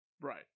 Right